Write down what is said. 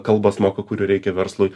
kalbas moka kurių reikia verslui